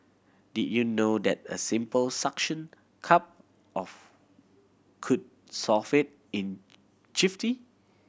did you know that a simple suction cup of could solve it in jiffy